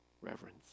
reverence